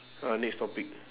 uh next topic